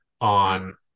on